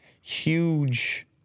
huge